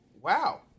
Wow